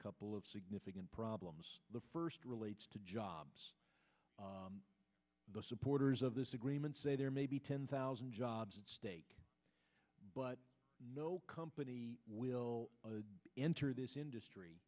couple of significant problems the first relates to jobs the supporters of this agreement say there may be ten thousand jobs at stake but no company will enter this industry